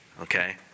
Okay